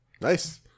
Nice